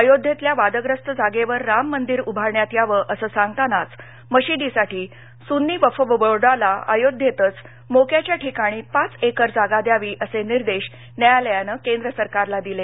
अयोध्येतल्या वादग्रस्त जागेवर राम मंदिर उभारण्यात यावं असं सांगतानाच मशिदीसाठी सून्नी वक्फ बोर्डाला अयोध्येतच मोक्याच्या ठिकाणी पाच क्रिर जागा द्यावी असे निर्देश न्यायालयानं केंद्र सरकारला दिले